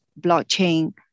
blockchain